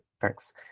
thanks